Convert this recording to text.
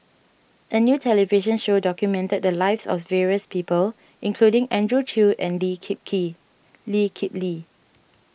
a new television show documented the lives of various people including Andrew Chew and Lee Kip Kip Lee Kip Lee